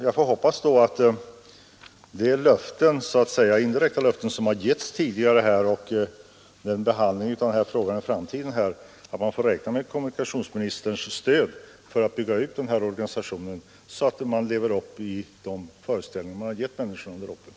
Och då förutsätter jag att de indirekta löften som tidigare givits blir infriade, och att man vid behandlingen av denna fråga i framtiden kan räkna med kommunikationsministerns stöd att bygga ut organisationen, så att verkligheten kommer att motsvara de föreställningar man ingivit människorna uppe i Umeå.